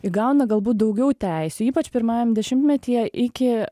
įgauna galbūt daugiau teisių ypač pirmajam dešimtmetyje iki